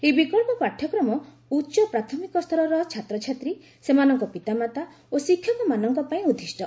ଏହି ବିକଚ୍ଚ ପାଠ୍ୟକ୍ରମ ଉଚ୍ଚପ୍ରାଥମିକ ସ୍ତରର ଛାତ୍ରଛାତ୍ରୀ ସେମାନଙ୍କ ପିତାମାତା ଓ ଶିକ୍ଷକମାନଙ୍କ ପାଇଁ ଉଦ୍ଦିଷ୍ଟ